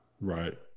Right